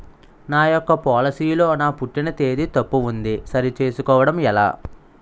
నా యెక్క పోలసీ లో నా పుట్టిన తేదీ తప్పు ఉంది సరి చేసుకోవడం ఎలా?